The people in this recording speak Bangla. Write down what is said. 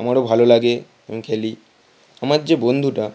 আমারও ভালো লাগে আমি খেলি আমার যে বন্ধুটা